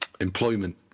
employment